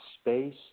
space